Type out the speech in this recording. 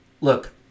look